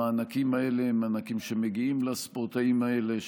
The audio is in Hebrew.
המענקים האלה הם מענקים שמגיעים לספורטאים האלה,